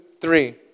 three